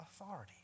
authority